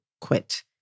quit